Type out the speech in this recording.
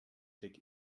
check